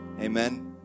Amen